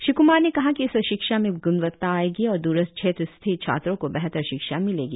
श्री क्मार ने कहा कि इसे शिक्षा में ग्णवत्ता आयेगी और द्रस्थ क्षेत्र स्थित छात्रों को बेहतर शिक्षा मिलेगी